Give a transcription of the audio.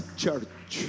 church